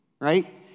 right